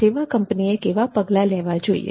સેવા કંપનીએ કેવા પગલા લેવા જોઈએ